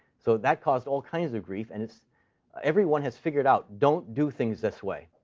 so that caused all kinds of grief, and it's everyone has figured out don't do things this way.